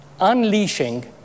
unleashing